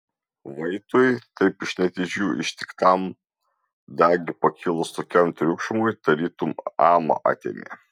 vaitui taip iš netyčių ištiktam dagi pakilus tokiam triukšmui tarytum amą atėmė